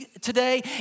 today